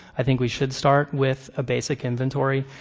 i think we should start with a basic inventory.